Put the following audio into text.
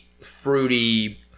fruity